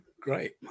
great